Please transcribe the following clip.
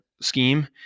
scheme